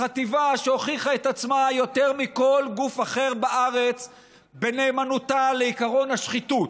החטיבה שהוכיחה את עצמה יותר מכל גוף אחר בארץ בנאמנותה לעקרון השחיתות,